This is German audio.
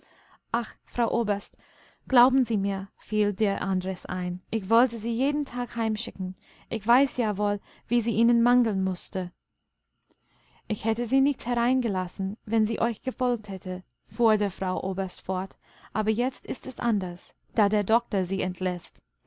ach frau oberst glauben sie mir fiel der andres ein ich wollte sie jeden tag heimschicken ich weiß ja wohl wie sie ihnen mangeln mußte ich hätte sie nicht hereingelassen wenn sie euch gefolgt hätte fuhr die frau oberst fort aber jetzt ist es anders da der doktor sie